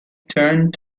turned